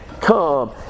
come